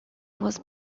was